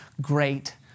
great